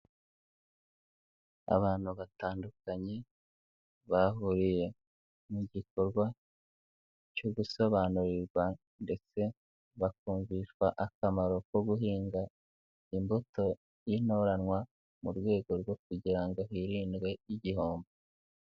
Abantu batandukanye bahuriye mu gikorwa cyo gusobanurirwa ndetse bakumvishwa akamaro ko guhinga imbuto y'intoranwa mu rwego rwo kugira ngo hirindwe igihombo.